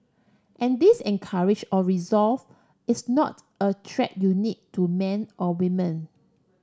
and this encourage or resolve is not a trait unique to men or women